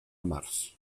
març